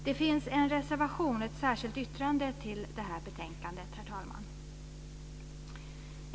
Det finns en reservation och ett särskilt yttrande till betänkandet.